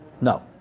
No